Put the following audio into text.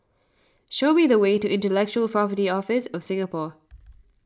show me the way to Intellectual Property Office of Singapore